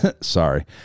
sorry